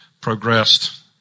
progressed